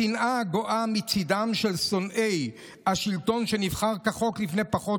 השנאה הגואה מצידם של שונאי השלטון שנבחר כחוק לפני פחות